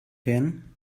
werden